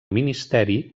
ministeri